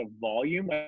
volume